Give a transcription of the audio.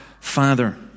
father